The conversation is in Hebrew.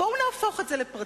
בואו נהפוך את זה לפרטים.